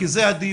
כי זה הדיון.